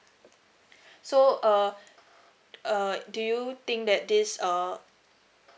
so uh uh do you think that this err